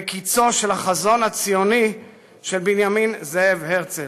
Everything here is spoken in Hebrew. וקצו של החזון הציוני של בנימין זאב הרצל.